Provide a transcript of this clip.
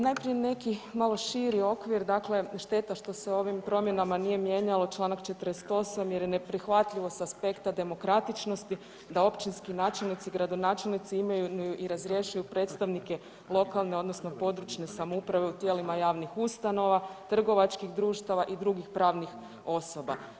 Najprije neki malo širi okvir, dakle šteta što se ovim promjenama nije mijenjalo čl. 48. jer je neprihvatljivost s aspekta demokratičnosti da općinski načelnici i gradonačelnici imaju i razrješuju predstavnike lokalne odnosno područne samouprave u tijelima javnih ustanova, trgovačkih društava i drugih pravnih osoba.